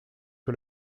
que